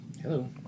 Hello